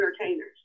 entertainers